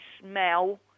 smell